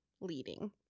leading